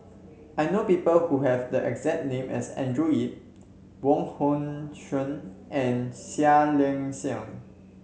I know people who have the exact name as Andrew Yip Wong Hong Suen and Seah Liang Seah